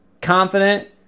confident